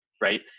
Right